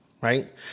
right